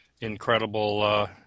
incredible